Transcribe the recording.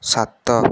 ସାତ